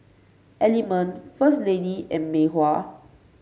Element First Lady and Mei Hua